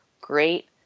great